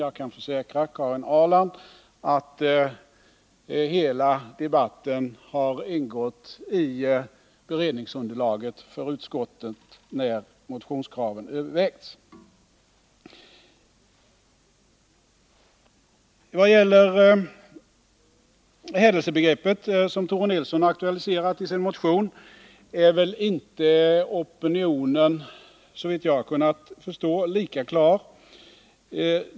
Jag kan försäkra Karin Ahrland att hela debatten har ingått i beredningsunderlaget för utskottet när motionskraven övervägts. Vad gäller hädelsebegreppet, som Tore Nilsson har aktualiserat i sin motion, är inte opinionen — såvitt jag har kunnat förstå — lika klar.